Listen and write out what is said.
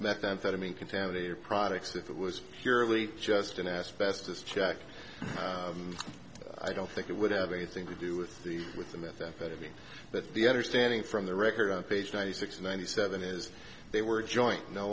methamphetamine contaminated products if it was purely just an asbestos check i don't think it would have anything to do with the with the methamphetamine but the understanding from the record on page ninety six ninety seven is they were joint no